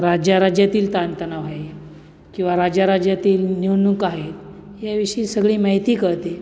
राज्याराज्यांतील ताणतणाव आहेत किंवा राज्याराज्यांतील निवडणूक आहेत यांविषयी सगळी माहिती कळते